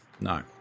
No